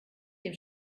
dem